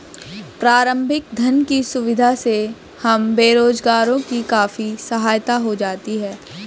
प्रारंभिक धन की सुविधा से हम बेरोजगारों की काफी सहायता हो जाती है